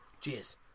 Cheers